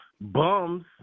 bums